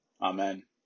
Amen